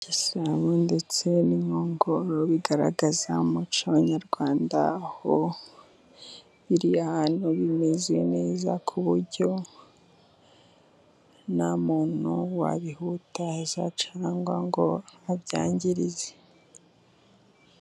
Igisabo ndetse n'inkongoro bigaragaza umuco w'abanyarwanda, aho ahantu bimeze neza ku buryo nta muntu wabihutaza cyangwa ngo abyangirize.